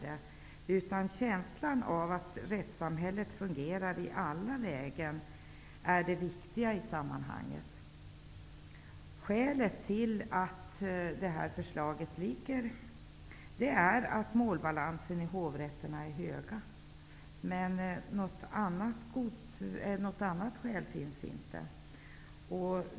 Det viktiga i sammanhanget är känslan av att rättssamhället fungerar i alla lägen. Skälet till att detta förslag läggs fram är att målbalansen i hovrätterna är höga. Något annat skäl finns inte.